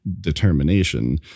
determination